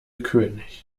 könig